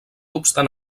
obstant